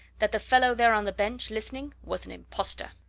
that the fellow there on the bench, listening, was an impostor!